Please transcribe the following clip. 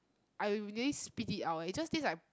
I nearly spit it out it just tastes like